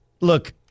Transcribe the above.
Look